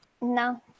No